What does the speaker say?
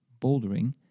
Bouldering